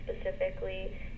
specifically